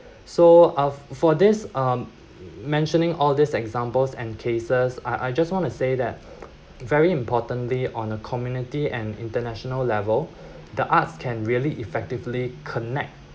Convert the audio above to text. so uh for this um mentioning all these examples and cases I I just want to say that very importantly on a community and international level the arts can really effectively connect